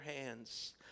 hands